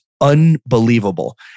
unbelievable